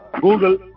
Google